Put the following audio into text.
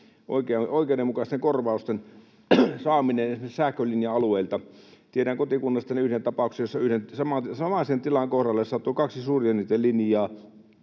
oikeudenmukaisten korvausten saaminen esimerkiksi sähkölinja-alueilta. Tiedän kotikunnastani yhden tapauksen, jossa yhden samaisen tilan kohdalle sattui kaksi suurjännitelinjaa,